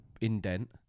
indent